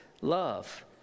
love